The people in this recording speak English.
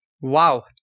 Wow